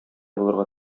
булырга